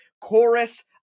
Chorus